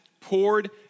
poured